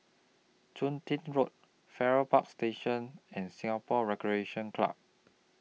Chun Tin Road Farrer Park Station and Singapore Recreation Club